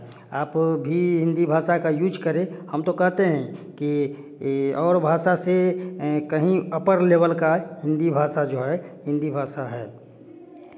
आप भी हिंदी भाषा का यूज करें हम तो कहते हैं कि और भाषा से कहीं अपर लेवल का हिंदी भाषा जो है हिंदी भाषा है